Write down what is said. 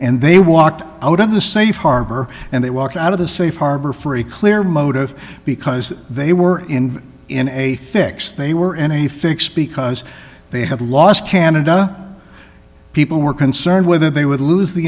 and they walked out of the safe harbor and they walked out of the safe harbor for a clear motive because they were in in a fix they were in a fix because they had lost canada people were concerned whether they would lose the